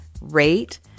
rate